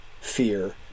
fear